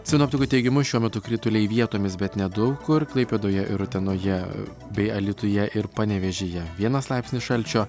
sinoptikų teigimu šiuo metu krituliai vietomis bet nedaug kur klaipėdoje ir utenoje bei alytuje ir panevėžyje vienas laipsnis šalčio